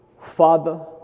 Father